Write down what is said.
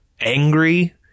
angry